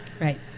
Right